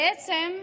בעצם,